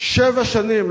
שבע שנים,